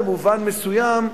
במובן מסוים,